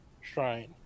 shrine